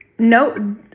No